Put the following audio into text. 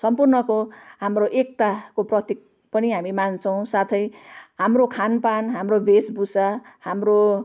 सम्पूर्णको हाम्रो एकताको प्रतीक पनि हामी मान्छौँ साथै हाम्रो खानपान हाम्रो भेषभूषा हाम्रो